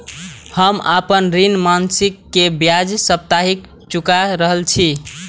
हम आपन ऋण मासिक के ब्याज साप्ताहिक चुका रहल छी